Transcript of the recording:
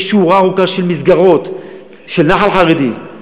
יש שורה ארוכה של מסגרות של נח"ל חרדי,